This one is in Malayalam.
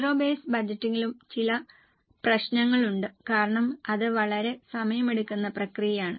സീറോ ബേസ് ബജറ്റിംഗിലും ചില പ്രശ്നങ്ങളുണ്ട് കാരണം ഇത് വളരെ സമയമെടുക്കുന്ന പ്രക്രിയയാണ്